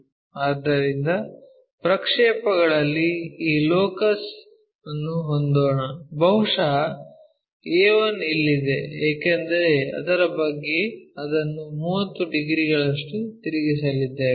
ಆದ್ದರಿಂದ ಪ್ರಕ್ಷೇಪಗಳಲ್ಲಿ ಈ ಲೋಕಸ್ ವನ್ನು ಹೊಂದೋಣ ಬಹುಶಃ a1 ಇಲ್ಲಿದೆ ಏಕೆಂದರೆ ಅದರ ಬಗ್ಗೆ ಅದನ್ನು 30 ಡಿಗ್ರಿಗಳಷ್ಟು ತಿರುಗಿಸಲಿದ್ದೇವೆ